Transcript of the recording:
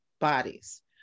bodies